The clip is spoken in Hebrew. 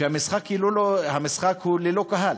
שהמשחק הוא ללא קהל.